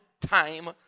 time